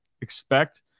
expect